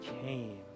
came